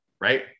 right